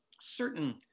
certain